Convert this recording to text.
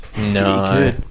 No